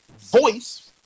voice